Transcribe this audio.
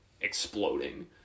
exploding